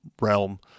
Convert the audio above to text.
realm